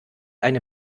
eine